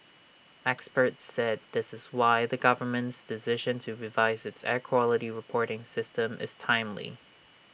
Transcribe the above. experts said this is why the government's decision to revise its air quality reporting system is timely